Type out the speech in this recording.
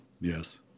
Yes